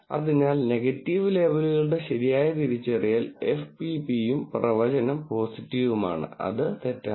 അതിനാൽ നെഗറ്റീവ് ലേബലുകളുടെ ശരിയായ തിരിച്ചറിയൽ F P P യും പ്രവചനം പോസിറ്റീവും ആണ് അത് തെറ്റാണ്